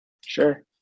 Sure